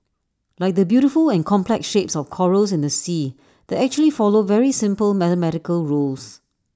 like the beautiful and complex shapes of corals in the sea that actually follow very simple mathematical rules